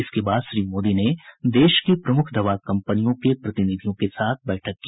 इसके बाद श्री मोदी ने देश की प्रमुख दवा कंपनियों के प्रतिनिधियों के साथ बैठक की